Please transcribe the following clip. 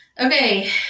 okay